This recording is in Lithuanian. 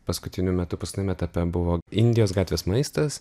paskutiniu metu paskutiniam etape buvo indijos gatvės maistas